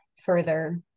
further